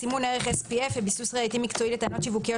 סימון ערך SPF וביסוס ראייתי מקצועי לטענות שיווקיות